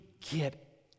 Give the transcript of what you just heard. get